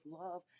love